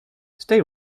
stay